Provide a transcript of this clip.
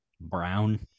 Brown